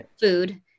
food